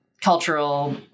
cultural